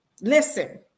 listen